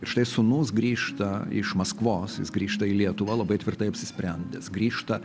ir štai sūnus grįžta iš maskvos jis grįžta į lietuvą labai tvirtai apsisprendęs grįžta